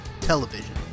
television